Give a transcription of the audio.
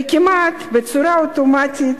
וכמעט בצורה אוטומטית,